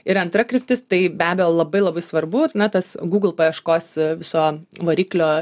ir antra kryptis tai be abejo labai labai svarbu na tas google paieškos viso variklio